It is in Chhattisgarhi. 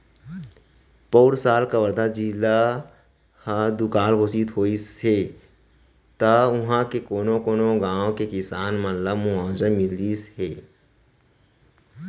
पउर साल कवर्धा जिला ह दुकाल घोसित होइस त उहॉं के कोनो कोनो गॉंव के किसान मन ल मुवावजा मिलिस हे